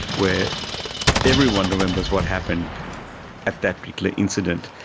where everyone remembers what happens at that particular incident.